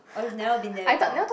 oh you've never been there before